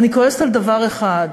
אני כועסת על דבר אחד,